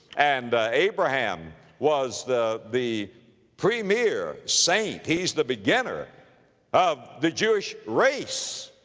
and, ah, abraham was the, the premier saint, he's the beginner of the jewish race.